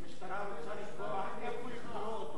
המשטרה רוצה לקבוע איך יקברו אותו.